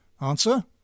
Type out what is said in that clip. Answer